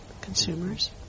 Consumers